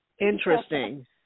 Interesting